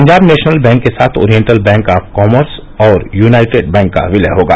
Punjab national bank के साथ oriental bank of commerce और यूनाइटेड बैंक का विलय होगा